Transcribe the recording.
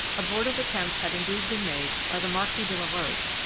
abortive attempts had indeed been made by the marquis de la roche,